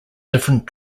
different